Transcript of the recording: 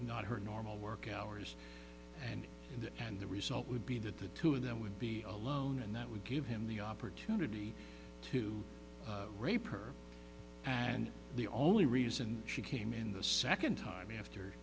not her normal work hours and and and the result would be that the two of them would be alone and that would give him the opportunity to rape her and the only reason she came in the second time after